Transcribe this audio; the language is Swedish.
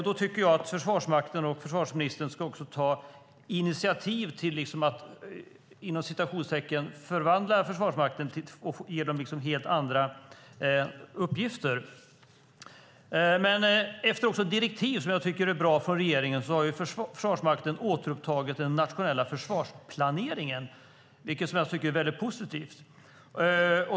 Då tycker jag att Försvarsmakten och försvarsministern ska ta initiativ till att "förvandla" Försvarsmakten och ge dem helt andra uppgifter. Efter direktiv från regeringen som jag tycker är bra har Försvarsmakten återupptagit den nationella försvarsplaneringen. Det tycker jag är mycket positivt.